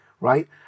Right